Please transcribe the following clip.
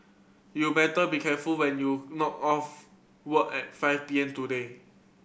you better be careful when you've knock off work at five P M today